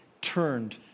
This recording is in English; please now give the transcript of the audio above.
turned